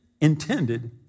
intended